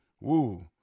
woo